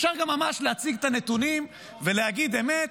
אפשר גם ממש להציג את הנתונים ולהגיד אמת,